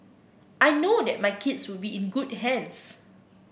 I know that my kids would be in good hands